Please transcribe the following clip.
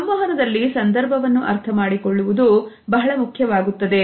ಸಂವಹನದಲ್ಲಿ ಸಂದರ್ಭವನ್ನು ಅರ್ಥ ಮಾಡಿಕೊಳ್ಳುವುದು ಬಹಳ ಮುಖ್ಯವಾಗುತ್ತದೆ